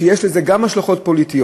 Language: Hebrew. שיש לזה גם השלכות פוליטיות,